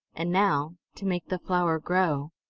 and now to make the flower grow!